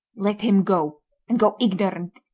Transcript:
let him go and go ignorant,